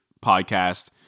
podcast